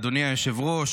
אדוני היושב-ראש,